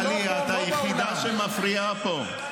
טלי, את היחידה שמפריעה פה.